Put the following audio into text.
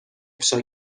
افشا